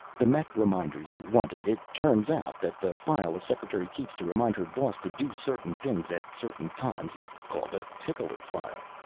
the mech reminder you wanted. it turns out that the file a secretary keeps to remind her boss to do certain things at certain times is called a tickler file.